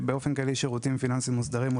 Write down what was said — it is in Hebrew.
ושירותים פיננסיים מוסדרים באופן כללי,